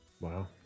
Wow